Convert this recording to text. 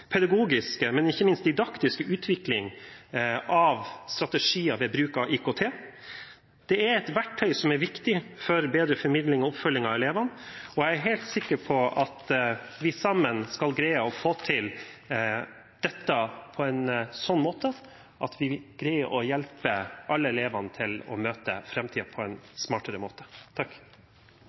utvikling av strategier ved bruk av IKT. Det er et verktøy som er viktig for bedre formidling og oppfølging av elevene, og jeg er helt sikker på at vi sammen skal få til dette på en sånn måte at vi vil greie å hjelpe alle elevene til å møte framtiden på en smartere måte.